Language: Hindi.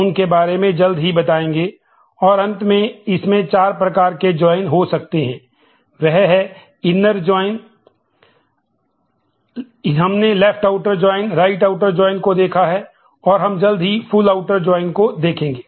इसलिए अगर हम जॉइन रिलेशंस देखेंगे